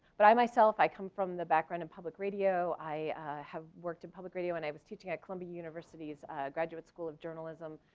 but i myself, i come from the background in and public radio, i have worked in public radio and i was teaching at columbia university's graduate school of journalism.